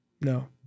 No